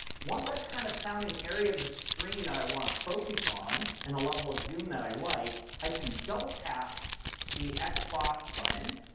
once i have kind of found an area of the screen that i want to focus on and a level of zoom that i like, i can double tap the xbox xbox button,